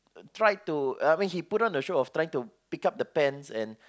tried to I mean he put on a show of trying to pick up the pens and